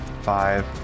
five